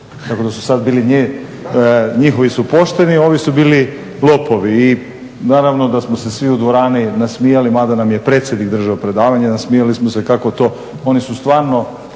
tako da su sad bili njihovi su pošteni, a ovi su bili lopovi. I naravno da smo se svi u dvorani nasmijali mada nam je predsjednik držao predavanje. Nasmijali smo se kako to. Oni su stvarno